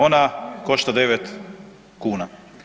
Ona košta 9 kuna.